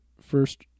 first